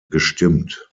gestimmt